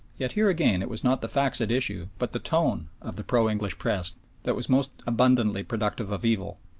yet here again it was not the facts at issue but the tone of the pro-english press that was most abundantly productive of evil.